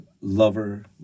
lover